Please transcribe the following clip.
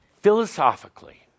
philosophically